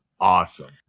awesome